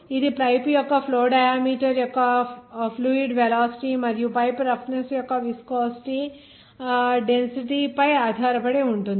ఇది పైపు యొక్క flow diameter యొక్క ఫ్లూయిడ్ వెలాసిటీ మరియు పైపు రఫ్నెస్ యొక్క విస్కోసిటీ డెన్సిటీ పై ఆధారపడి ఉంటుంది